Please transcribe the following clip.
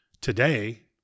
Today